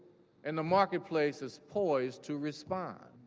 and the marketplace is poised to respond.